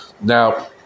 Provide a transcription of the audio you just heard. Now